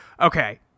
okay